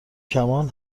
کمان